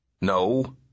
No